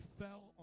fell